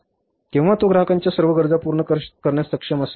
केव्हा तो ग्राहकांच्या सर्व गरजा पूर्ण करण्यास सक्षम असेल